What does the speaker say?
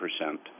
percent